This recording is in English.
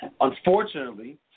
Unfortunately